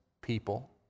people